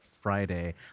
Friday